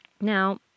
Now